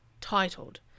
titled